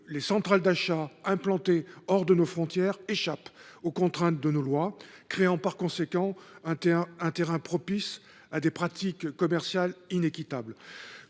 les centrales d’achat implantées hors de nos frontières échappent aux contraintes de nos lois, créant par conséquent un terrain propice à des pratiques commerciales inéquitables.